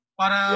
para